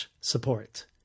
support